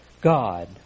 God